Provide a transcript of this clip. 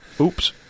Oops